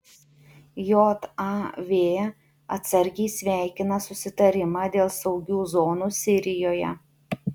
jav atsargiai sveikina susitarimą dėl saugių zonų sirijoje